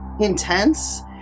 intense